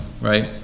right